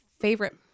favorite